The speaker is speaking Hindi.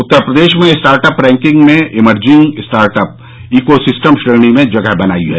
उत्तर प्रदेश में स्टार्टअप रैंकिंग में इमर्जिंग स्टार्टअप ईकोसिस्टम श्रेणी में जगह बनाई है